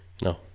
No